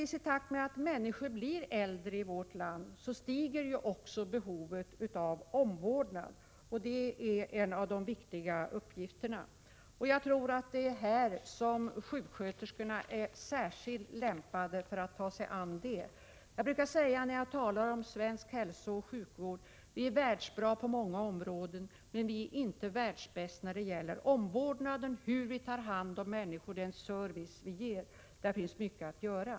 a. i takt med att människorna i vårt land blir allt äldre stiger också behovet av omvårdnad, och tillgodoseendet härav är en av våra viktiga uppgifter. Jag tror att sjuksköterskorna är särskilt lämpade för att ta sig an detta behov. Jag brukar när jag talar om svensk hälsooch sjukvård säga att vi är världsbäst på många områden, men inte när det gäller den service som vi ger i omvårdnaden om människor. I det avseendet finns mycket att göra.